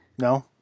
No